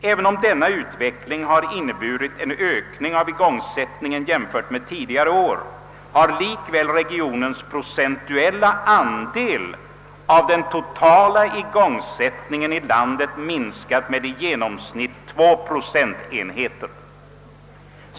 även om denna utveckling har inneburit en ökning av igångsättningen jämfört med tidigare år, har likväl regionens procentuella andel av den totala igångsättningen i landet minskat med i genomsnitt två procentenheter.